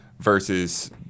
Versus